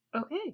Okay